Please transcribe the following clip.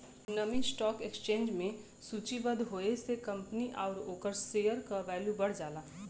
नामी stock exchange में सूचीबद्ध होये से कंपनी आउर ओकरे शेयर क वैल्यू बढ़ जाला